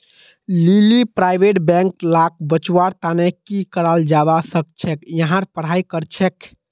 लीली private bank लाक बचव्वार तने की कराल जाबा सखछेक यहार पढ़ाई करछेक